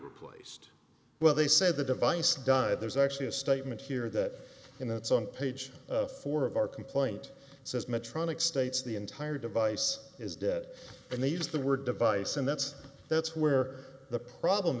replaced well they say the device dud there's actually a statement here that in it's on page four of our complaint says medtronic states the entire device is dead and they use the word device and that's that's where the problem